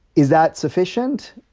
is that sufficient?